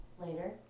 later